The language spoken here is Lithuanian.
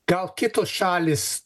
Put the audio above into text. gal kitos šalys